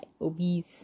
obese